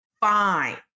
fine